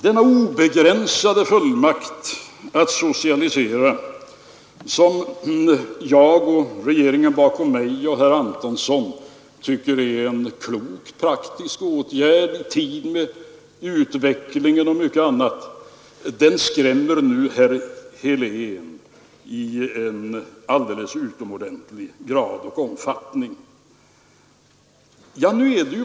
Denna obegränsade fullmakt att socialisera, som jag och regeringen bakom mig samt herr Antonsson tycker är en klok praktisk åtgärd i tid med utvecklingen och mycket annat, skrämmer nu herr Helén i utomordentlig grad och omfattning.